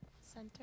Center